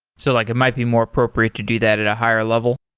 so like it might be more appropriate to do that at a higher level?